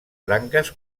branques